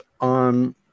on